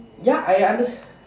ya I under